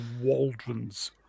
Waldron's